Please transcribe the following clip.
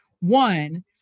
One